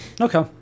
Okay